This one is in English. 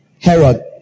Herod